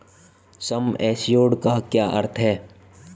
सम assured का क्या अर्थ है?